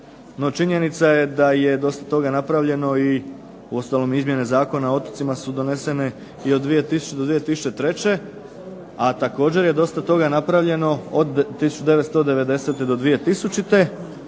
No činjenica je da je dosta toga napravljeno i uostalom izmjena Zakona o otocima su donesene i od 2000. do 2003., a također je dosta toga napravljeno od 1999. do 2000.,